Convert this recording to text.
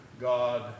God